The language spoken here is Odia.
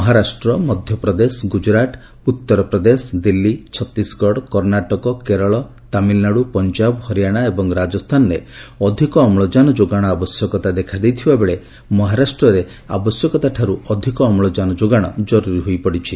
ମହାରାଷ୍ଟ୍ର ମଧ୍ୟପ୍ରଦେଶ ଗୁଜୁରାଟ୍ ଉତ୍ତର ପ୍ରଦେଶ ଦିଲ୍ଲୀ ଛତିଶଗଡ଼ କର୍ଷ୍ଣାଟକ କେରଳ ତାମିଲନାଡୁ ପଞ୍ଜାବ ହରିୟାଣା ଏବଂ ରାଜସ୍ଥାନରେ ଅଧିକ ଅମ୍ଳଜାନ ଯୋଗାଣ ଆବଶ୍ୟକତା ଦେଖାଦେଇଥିବାବେଳେ ମହାରାଷ୍ଟ୍ରରେ ଆବଶ୍ୟକତାଠାରୁ ଅଧିକ ଅମ୍ଳକାନ ଯୋଗାଣ କରୁରୀ ହୋଇପଡ଼ିଛି